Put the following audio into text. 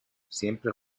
siempre